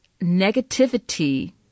negativity